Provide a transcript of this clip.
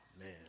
man